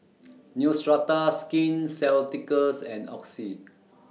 Neostrata Skin Ceuticals and Oxy